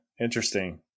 Interesting